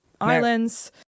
islands